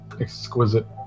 exquisite